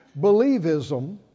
believism